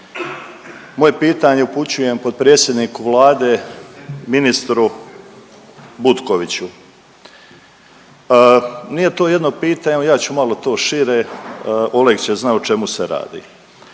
Moje pitanje upućujem potpredsjedniku Vlade ministru Butkoviću. Nije to jedno pitanje, evo ja ću to malo šire, Oleg će znat o čemu se radi.